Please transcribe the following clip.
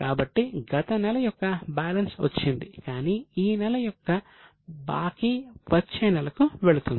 కాబట్టి గత నెల యొక్క బ్యాలెన్స్ వచ్చింది కానీ ఈ నెల యొక్క బాకీ వచ్చే నెలకు వెళుతుంది